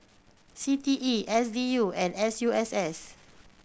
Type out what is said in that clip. C T E S D U and S U S S